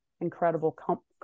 incredible